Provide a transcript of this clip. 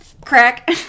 crack